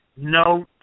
No